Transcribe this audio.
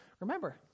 Remember